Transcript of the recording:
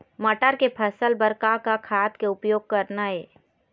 मटर के फसल बर का का खाद के उपयोग करना ये?